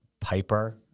Piper